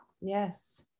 Yes